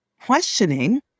questioning